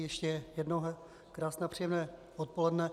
Ještě jednou krásné a příjemné odpoledne.